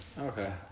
Okay